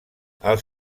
els